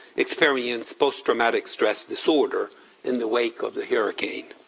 experience post-traumatic stress disorder in the wake of the hurricane.